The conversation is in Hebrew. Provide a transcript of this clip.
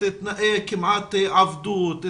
את תנאי כמעט העבדות,